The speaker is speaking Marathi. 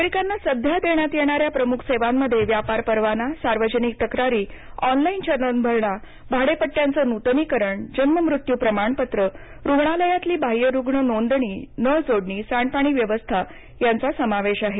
नागरिकांना सध्या देण्यात येणा या प्रमुख सेवांमध्ये व्यापार परवाना सार्वजनिक तक्रारी ऑनलाईन चलन भरणा भाडेपट्ट्याचं नूतनीकरण जन्म मृत्यू प्रमाणपत्र रुग्णालयातली बाह्यरुग्ण नोंदणी नळ जोडणी सांडपाणी व्यवस्था यांचा समावेश आहे